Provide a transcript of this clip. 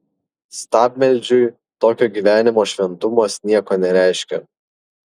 stabmeldžiui tokio gyvenimo šventumas nieko nereiškia